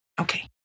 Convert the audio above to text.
Okay